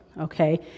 okay